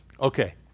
Okay